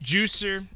Juicer